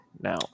now